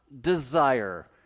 desire